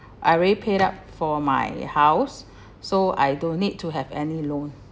I already paid up for my house so I don't need to have any loan